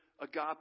agape